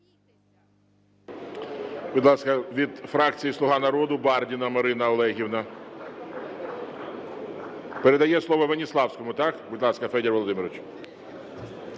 Будь ласка, від фракції "Слуга народу" Бардіна Марина Олегівна. Передає слово Веніславському, так? Будь ласка, Федір Володимирович.